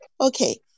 Okay